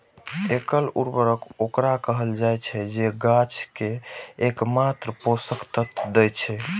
एकल उर्वरक ओकरा कहल जाइ छै, जे गाछ कें एकमात्र पोषक तत्व दै छै